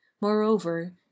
moreover